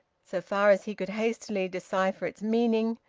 so far as he could hastily decipher its meaning,